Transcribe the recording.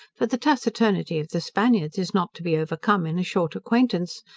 for the taciturnity of the spaniards is not to be overcome in a short acquaintance,